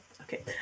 Okay